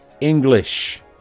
English